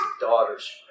daughters